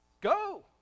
go